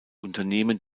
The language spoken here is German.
unternehmen